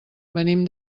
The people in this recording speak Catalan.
venim